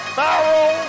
Pharaoh